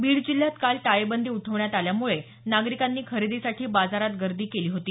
बीड जिल्ह्यात काल टाळेबंदी उठवण्यात आल्यामुळे नागरिकांनी खरेदीसाठी बाजारात गर्दी केली होती